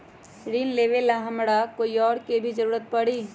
ऋन लेबेला हमरा कोई और के भी जरूरत परी?